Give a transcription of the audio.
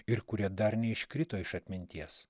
ir kurie dar neiškrito iš atminties